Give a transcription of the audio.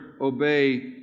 obey